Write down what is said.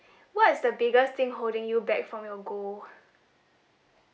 what's the biggest thing holding you back from your goal